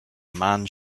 man